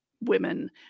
women